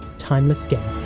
timeless game.